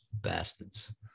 Bastards